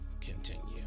continue